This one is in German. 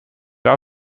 war